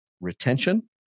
retention